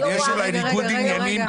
אבל יש אולי ניגוד עניינים,